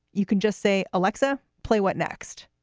you can just say, alexa, play. what next?